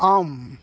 ஆம்